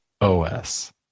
OS